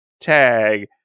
tag